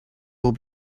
will